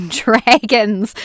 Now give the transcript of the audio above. dragons